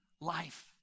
life